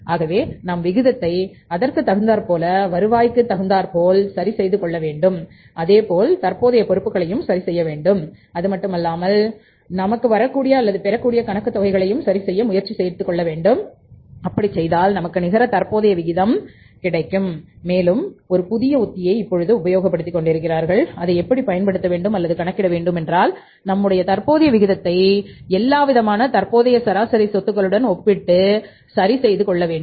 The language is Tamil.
ஆகவே நாம் விகிதத்தை அதற்கு தகுந்தார் போல வருவாய்க்கு தகுந்தார் போல் சரி செய்து கொள்ள வேண்டும் இதே போல தற்போதைய பொறுப்புகளையும் சரிசெய்யவேண்டும் அதுமட்டுமல்லாமல் நமக்கு வரக்கூடிய அல்லது பெறக்கூடிய கணக்கு தொகைகளை சரிசெய்ய முயற்சி எடுத்துக் கொள்ள வேண்டும் அப்படி செய்தால் நமக்கு நிகர தற்போதைய விகிதம் கிடைக்கும் மேலும் ஒரு புதிய உத்தியை இப்பொழுது உபயோகப் படுத்திக் கொண்டிருக்கிறார்கள் அதை எப்படிப் பயன்படுத்த வேண்டும் அல்லது கணக்கிட வேண்டும் என்றால் நம்முடைய தற்போதைய விகிதத்தை எல்லாவிதமான தற்போதைய சராசரி சொத்துக்களுடன் ஒப்பீடு செய்து சரி செய்து கொள்ள வேண்டும்